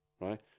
right